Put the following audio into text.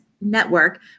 network